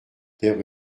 père